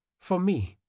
for me.